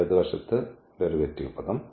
ഇടത് വശത്ത് ഇതാണ് ഡെറിവേറ്റീവ് പദം